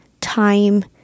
time